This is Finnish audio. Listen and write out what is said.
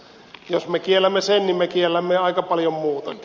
jos me kiellämme sen niin me kiellämme aika paljon muutakin